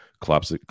collapse